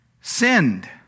sinned